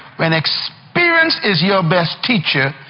when experience is your best teacher,